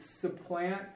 supplant